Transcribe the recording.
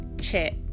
chat